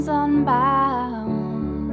unbound